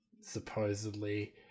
supposedly